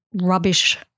rubbish